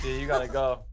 you gotta go.